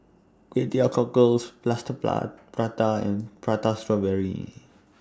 Kway Teow Cockles Plaster Plat Prata and Prata Strawberry